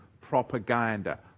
propaganda